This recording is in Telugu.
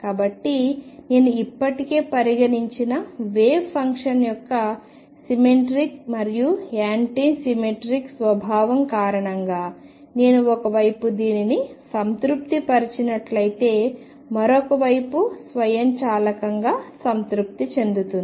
కాబట్టి నేను ఇప్పటికే పరిగణించిన వేవ్ ఫంక్షన్ యొక్క సిమెట్రిక్ మరియు యాంటీ సిమెట్రిక్ స్వభావం కారణంగా నేను ఒక వైపు దీనిని సంతృప్తి పరచినట్లయితే మరొక వైపు స్వయంచాలకంగా సంతృప్తి చెందుతుంది